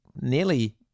nearly